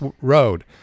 road